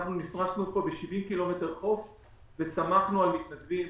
אנחנו נפרסנו פה ב-70 ק"מ חוף וסמכנו על מתנדבים.